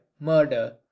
murder